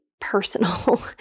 personal